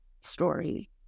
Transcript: story